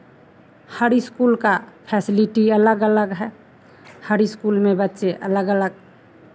हर school का facility अलग अलग है हर स्कूल में बच्चे अलग अलग